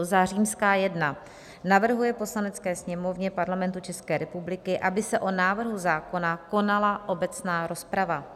I. navrhuje Poslanecké sněmovně Parlamentu České republiky, aby se o návrhu zákona konala obecná rozprava;